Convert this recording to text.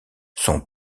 son